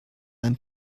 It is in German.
ein